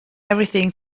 everything